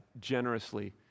generously